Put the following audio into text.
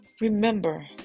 remember